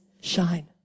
shine